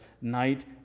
night